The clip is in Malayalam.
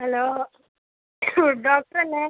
ഹലോ ഡോക്ടറല്ലേ